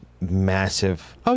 massive